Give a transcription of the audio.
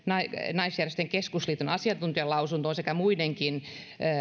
naisjärjestöjen keskusliiton asiantuntijalausuntoon sekä muidenkin